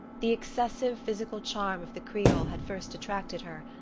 the excessive physical charm of the creole had first attracted her,